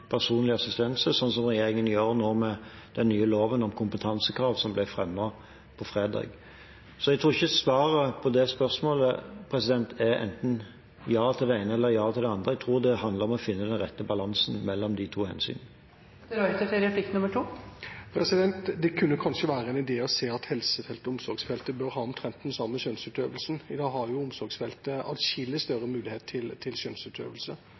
personlig assistanse, slik regjeringen gjør nå med den nye loven om kompetansekrav, som ble fremmet på fredag. Så jeg tror ikke svaret på det spørsmålet er enten ja til det ene eller ja til andre, jeg tror det handler om å finne den rette balansen mellom de to hensynene. Det kunne kanskje være en idé å se på om helsefeltet og omsorgsfeltet bør ha omtrent den samme skjønnsutøvelsen. I dag er det på omsorgsfeltet adskillig større mulighet til skjønnsutøvelse.